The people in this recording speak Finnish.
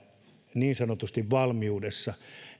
valmiudessa